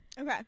Okay